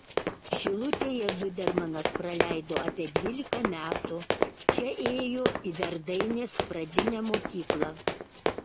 šilutėje zudermanas praleido apie dvylika metų čia ėjo į verdainės pradinę mokyklą